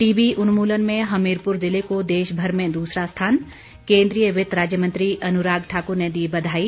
TB उन्मूलन में हमीरपुर जिले को देश भर में दूसरा स्थान केंद्रीय वित्त राज्य मंत्री अनुराग ठाकुर ने दी बधाई